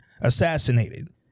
assassinated